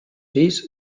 fills